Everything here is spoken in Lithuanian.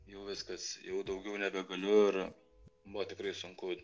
jau viskas jau daugiau nebegaliu ir buvo tikrai sunku